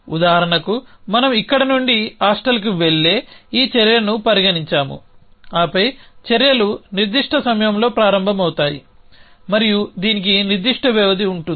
ఉదాహరణకు మనం ఇక్కడి నుండి హాస్టల్కు వెళ్లే ఈ చర్యను పరిగణించాము ఆపై చర్యలు నిర్దిష్ట సమయంలో ప్రారంభమవుతాయి మరియు దీనికి నిర్దిష్ట వ్యవధి ఉంటుంది